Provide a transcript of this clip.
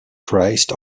christ